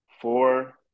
Four